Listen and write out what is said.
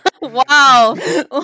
Wow